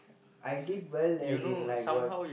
I did well as in like what